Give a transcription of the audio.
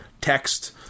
text